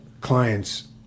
clients